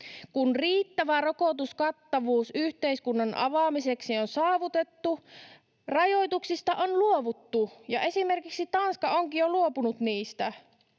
Kun riittävä rokotuskattavuus yhteiskunnan avaamiseksi on saavutettu, rajoituksista on luovuttu, ja esimerkiksi Tanska onkin jo luopunut niistä